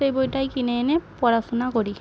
সেই বইটাই কিনে এনে পড়াশোনা করি